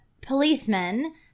policeman